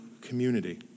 community